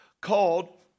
called